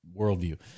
worldview